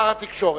התקשורת.